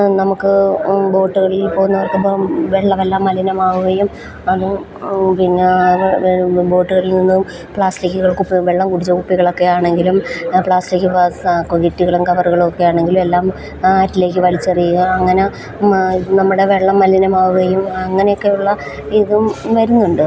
നമുക്ക് ബോട്ടുകളിൽപ്പോകുന്നവർക്കിപ്പം വെള്ളമെല്ലാം മലിനമാവുകയും അതും പിന്നെ ബോട്ടുകളിൽ നിന്നും പ്ലാസ്റ്റിക്കുകൾ കുപ്പിവെള്ളം കുടിച്ച കുപ്പികളൊക്കെയാണെങ്കിലും പ്ലാസ്റ്റിക്ക് ഗ്ലാസ്സ് കിറ്റുകളും കവറുകളുമൊക്കെയാണെങ്കിലുമെല്ലാം ആറ്റിലേക്ക് വലിച്ചെറിയുക അങ്ങനെ നമ്മുടെ വെള്ളം മലിനമാവുകയും അങ്ങനെയൊക്കെയുള്ള ഇതും വരുന്നുണ്ട്